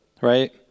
right